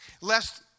Lest